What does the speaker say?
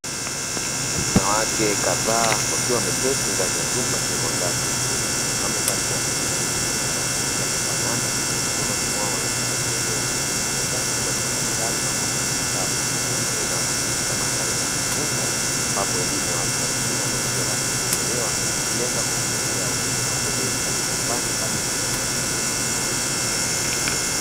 Wanawake kadhaa wakiwa wameketi ndani ya chumba chenye mwangaza mzuri wamevalia tisheti yenye maandishi ya kufanana mikononi mwao wameshika penseli, mezani pakiwa na madaftari pamoja na vitabu, hii inawakilisha madhari ya kujifunza ambapo elimu ya watu wazima na isio rasmi ikitolewa ikilenga kuwaongezea ujuzi na ubobezi katika fani mbalimbali.